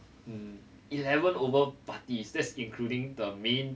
um eleven over parties that's including the main